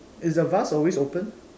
is the vase always open